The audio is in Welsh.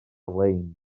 lein